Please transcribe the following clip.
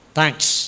Thanks